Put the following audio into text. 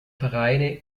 vereine